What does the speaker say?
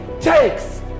takes